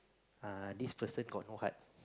uh this person got no heart